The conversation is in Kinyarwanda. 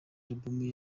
album